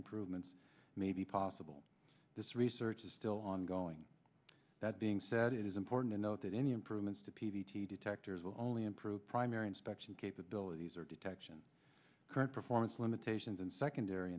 improvements may be possible this research is still ongoing that being said it is important to note that any improvements to p v t detectors will only improve primary inspection capabilities or detection current performance limitations and secondary